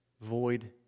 void